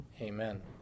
Amen